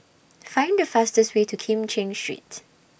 Find The fastest Way to Kim Cheng Street